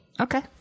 Okay